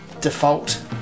default